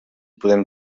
podem